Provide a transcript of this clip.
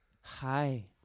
hi